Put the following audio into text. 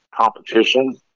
competition